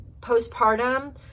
postpartum